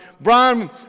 Brian